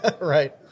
right